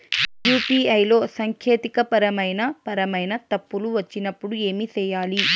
UPI లో సాంకేతికపరమైన పరమైన తప్పులు వచ్చినప్పుడు ఏమి సేయాలి